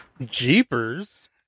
Jeepers